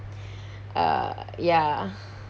uh ya